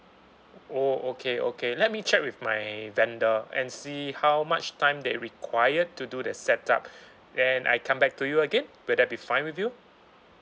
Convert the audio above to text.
oh okay okay let me check with my vendor and see how much time they required to do the set up then I come back to you again will that be fine with you